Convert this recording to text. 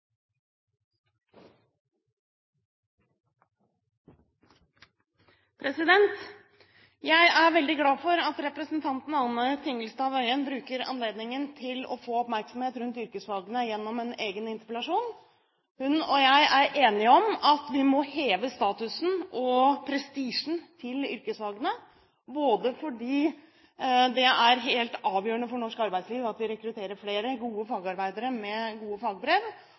økonomisk. Jeg er veldig glad for at representanten Anne Tingelstad Wøien bruker anledningen til å få oppmerksomhet rundt yrkesfagene gjennom en egen interpellasjon. Hun og jeg er enige om at vi må heve statusen og prestisjen til yrkesfagene, både fordi det er helt avgjørende for norsk arbeidsliv at vi rekrutterer flere gode fagarbeidere med gode fagbrev,